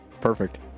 perfect